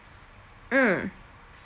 mm